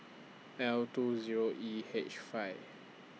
L two Zero E H five